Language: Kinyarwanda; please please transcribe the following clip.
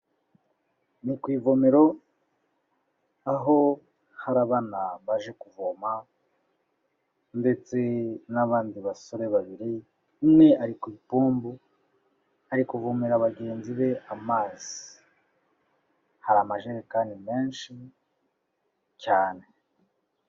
Ni ku ivomero, aho hari abana baje kuvoma ndetse n'abandi basore babiri, umwe ari ku ipombo ari kuvomera bagenzi be amazi. Hari amajerekani menshi cyane.